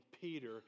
Peter